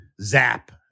Zap